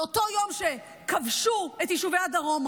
באותו יום שבו כבשו את יישובי הדרום,